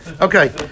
Okay